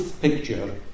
picture